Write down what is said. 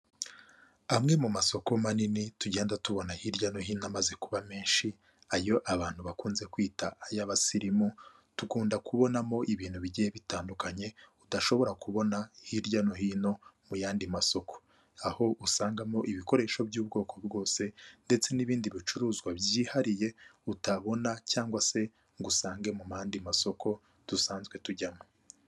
Amwe mu masoko manini tugenda tubona hirya no hino amaze kuba menshi, ayo abantu bakunze kwita ay'abasirimu dukunda kubonamo ibintu bigiye bitandukanye udashobora kubona hirya no hino mu yandi masoko, aho usangamo ibikoresho by'ubwoko bwose ndetse n'ibindi bicuruzwa byihariye utabona cyangwa se ngo usange mu yandi masoko dusanzwe tujyamo.